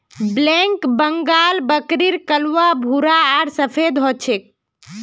black Bengal बकरीर कलवा भूरा आर सफेद ह छे